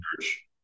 church